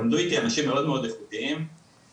למדו איתי אנשים מאוד מאוד איכותיים חינוך.